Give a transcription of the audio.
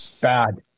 bad